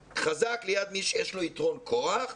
ליד מי שיש לו יתרון כוח,